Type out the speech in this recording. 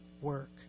work